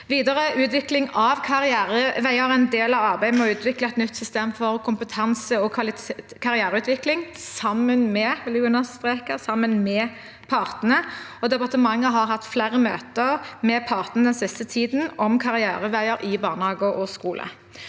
Videre utvikling av karriereveier er en del av arbeidet med å utvikle et nytt system for kompetanse og karriereutvikling sammen med partene – vil jeg understreke – og departementet har hatt flere møter med partene den siste tiden om karriereveier i barnehage og skole.